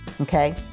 okay